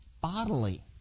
bodily